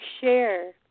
share